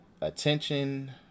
Attention